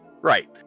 Right